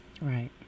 right